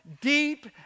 deep